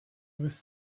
with